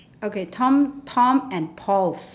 okay tom tom and paul's